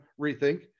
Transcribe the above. rethink